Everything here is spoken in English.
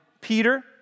Peter